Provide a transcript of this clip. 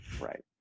Right